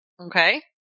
Okay